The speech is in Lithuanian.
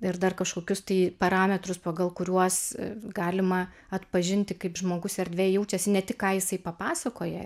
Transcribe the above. ir dar kažkokius tai parametrus pagal kuriuos galima atpažinti kaip žmogus erdvėj jaučiasi ne tik ką jisai papasakoja